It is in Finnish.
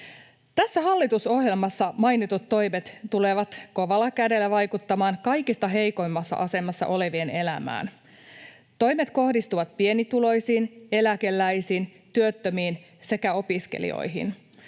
Tässä hallitusohjelmassa mainitut toimet tulevat kovalla kädellä vaikuttamaan kaikista heikoimmassa asemassa olevien elämään. Toimet kohdistuvat pienituloisiin, eläkeläisiin, työttömiin sekä opiskelijoihin.